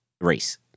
race